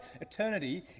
eternity